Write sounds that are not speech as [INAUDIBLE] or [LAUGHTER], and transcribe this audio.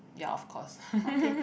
ya of course [LAUGHS]